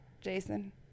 Jason